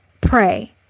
pray